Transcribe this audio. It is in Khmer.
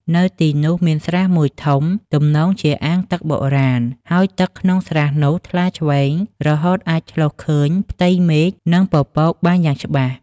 នៅទីនោះមានស្រះមួយធំ ទំនងជាអាងទឹកបុរាណ ហើយទឹកក្នុងស្រះនោះថ្លាឈ្វេង រហូតអាចឆ្លុះឃើញផ្ទៃមេឃ និងពពកបានយ៉ាងច្បាស់។